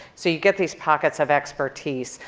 so you get these pockets of expertise.